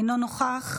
אינו נוכח,